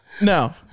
No